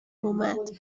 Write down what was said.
اومد